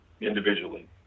individually